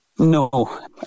No